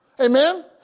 Amen